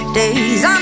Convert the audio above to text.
days